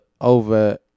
over